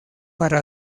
para